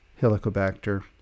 helicobacter